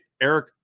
Eric